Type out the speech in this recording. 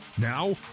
Now